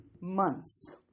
months